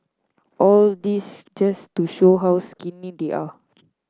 all this just to show how skinny they are